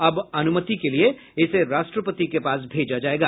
अब अनुमति के लिए इसे राष्ट्रपति के पास भेजा जायेगा